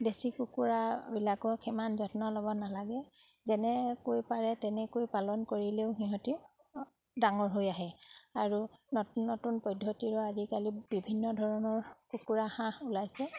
দেশী কুকুৰাবিলাকক সিমান যত্ন ল'ব নালাগে যেনেকৈ পাৰে তেনেকৈ পালন কৰিলেও সিহঁতি ডাঙৰ হৈ আহে আৰু নতুন নতুন পদ্ধতিৰো আজিকালি বিভিন্ন ধৰণৰ কুকুৰা হাঁহ ওলাইছে